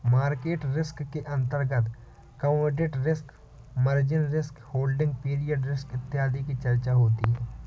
market risk के अंतर्गत commodity risk, margin risk, holding period risk इत्यादि की चर्चा होती है